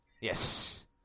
Yes